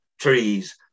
trees